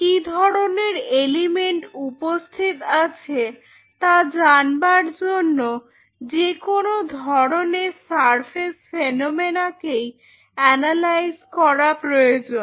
কি ধরনের এলিমেন্ট উপস্থিত আছে তা জানবার জন্য যেকোনো ধরনের সারফেস ফেনোমেননকেই অ্যানালাইজ করার প্রয়োজন